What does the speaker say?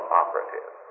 operative